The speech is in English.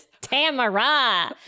Tamara